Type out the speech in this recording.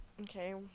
Okay